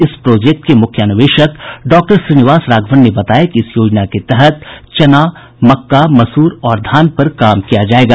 इस प्रोजेक्ट के मुख्य अन्वेषक डॉक्टर श्रीनिवास राघवन ने बताया कि इस योजना के तहत चना मक्का मसूर और धान पर काम किया जायेगा